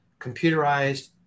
computerized